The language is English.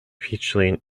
featuring